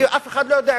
אף אחד גם לא יודע.